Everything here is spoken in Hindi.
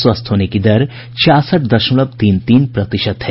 स्वस्थ होने की दर छियासठ दशमलव तीन तीन प्रतिशत है